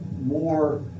more